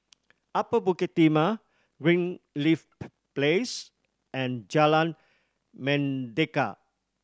Upper Bukit Timah Greenleaf Place and Jalan Mendaki